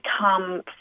come